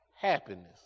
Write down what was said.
happiness